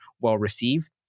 well-received